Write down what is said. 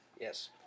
Yes